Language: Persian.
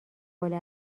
والا